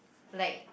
like